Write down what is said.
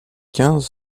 quinze